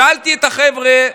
שאלתי את החבר'ה: